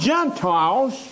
Gentiles